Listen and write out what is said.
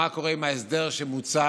מה קורה עם ההסדר שמוצע.